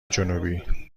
جنوبی